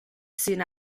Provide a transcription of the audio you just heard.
soon